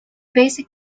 basic